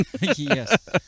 Yes